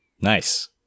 Nice